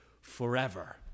forever